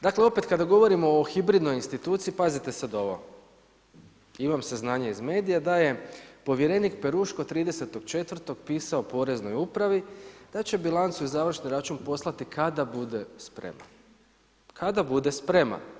Dakle opet kada govorimo o hibridnoj instituciji, pazite sad ovo, imam saznanje iz medija da je povjerenik Peruško 30.4. pisao Poreznoj upravi da će bilancu i završni račun poslati kada bude spreman, kada bude spreman.